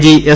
G S